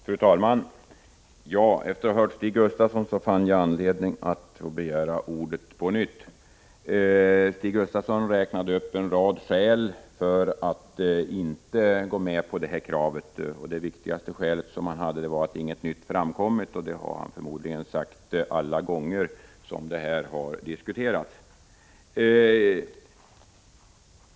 Fru talman! Efter att ha hört på Stig Gustafsson fann jag anledning att begära ordet på nytt. Stig Gustafsson räknade upp en rad skäl för att inte gå med på kravet på en utredning, och det viktigaste skälet var att inget nytt har framkommit. Det har han förmodligen sagt alla gånger som denna fråga har diskuterats.